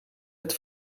het